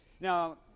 Now